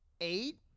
eight